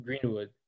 Greenwood